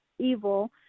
evil